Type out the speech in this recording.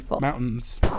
mountains